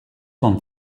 bon